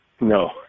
no